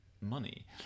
money